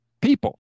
people